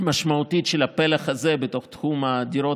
משמעותית של הפלח הזה בתוך תחום הדירות